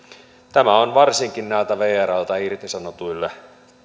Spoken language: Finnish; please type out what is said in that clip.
tämä on varsinkin näille vrltä irtisanotuille